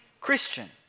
Christian